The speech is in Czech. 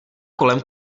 kolem